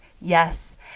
yes